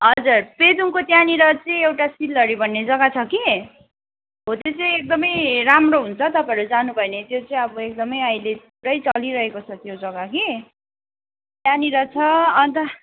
हजुर पेदोङको त्यहाँनिर चाहिँ एउटा सिल्लरी भन्ने जग्गा छ कि हो त्यो चाहिँ एकदमै राम्रो हुन्छ तपाईँहरू जानुभयो भने त्यो चाहिँ अब एकदमै अहिले पुरै चलिरहेको छ त्यो जग्गा कि त्यहाँनिर छ अन्त